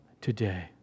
today